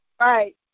right